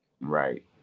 Right